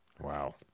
wow